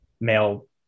male